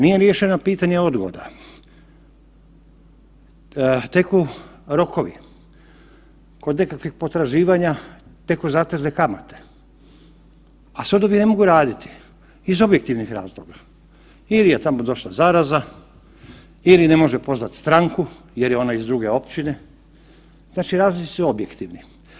Nije riješeno pitanje odgoda, teku rokovi, od nekakvih potraživanja teku zatezne kamate, a sudovi ne mogu raditi iz objektivnih razloga ili je tamo došla zaraza ili ne može pozvati stranku jer je ona iz druge općine, znači razlozi su objektivni.